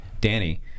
Danny